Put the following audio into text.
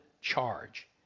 charge